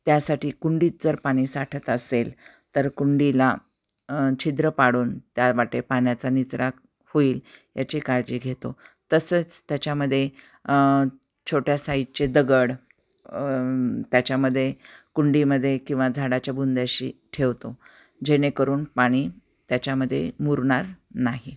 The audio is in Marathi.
त्यासाठी कुंडीत जर पाणी साठत असेल तर कुंडीला छिद्र पाडून त्या वाटे पाण्याचा निचरा होुईल याची काळजी घेतो तसंच त्याच्यामध्ये छोट्या साईजचे दगड त्याच्यामध्ये कुंडीमध्ये किंवा झाडाच्या बुंद्याशी ठेवतो जेणेकरून पाणी त्याच्यामध्ये मुरणार नाही